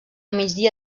migdia